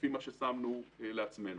לפי מה שהגדרנו לעצמנו.